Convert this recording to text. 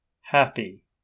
happy